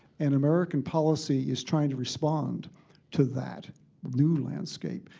and american policy is trying to respond to that new landscape.